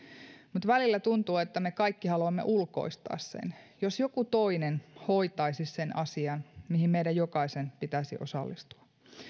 mutta välillä tuntuu että me kaikki haluamme ulkoistaa sen jos joku toinen hoitaisi sen asian mihin meidän jokaisen pitäisi osallistua